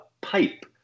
pipe